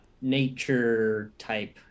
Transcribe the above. nature-type